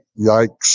Yikes